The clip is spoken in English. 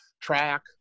track